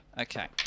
okay